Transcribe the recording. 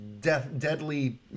deadly